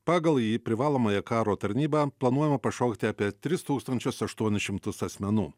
pagal jį į privalomąją karo tarnybą planuojama pašaukti apie tris tūkstančius aštuonis šimtus asmenų